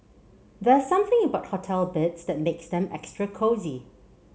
there's something about hotel beds that makes them extra cosy